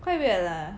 quite weird lah